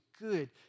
good